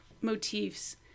motifs